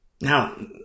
Now